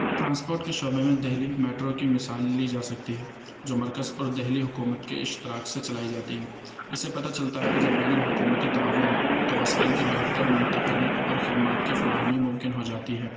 transport کے شعبے میں دہلی میٹرو کی مثال لی جا سکتی ہے جو مرکز اور دہلی حکومت کے اشتراک سے چلائی جاتی ہے اس سے پتا چلتا ہے کہ جب بین الحکومتی تعاون ہو تو وسائل کی بہتر منتقلی اور خدمات کی فراہمی ممکن ہو جاتی ہے